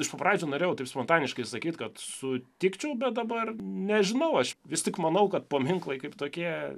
iš pat pradžių norėjau taip spontaniškai sakyt kad sutikčiau bet dabar nežinau aš vis tik manau kad paminklai kaip tokie